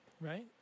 Right